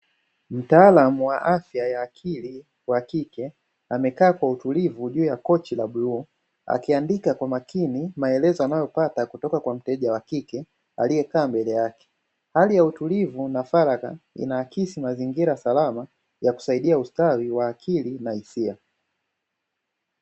Mtaalamu wa afya ya akili wa kike, amekaa kwa utulivu juu ya kochi la bluu, akiandika kwa makini maelezo anayopata kutoka kwa mteja wa kike aliyekaa mbele yake. Hali ya utulivu na faragha, inaakisi mazingira salama ya kusaidia ustawi wa akili na hisia.